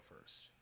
first